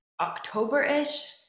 October-ish